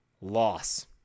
loss